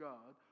God